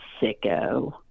sicko